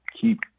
keep